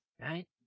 right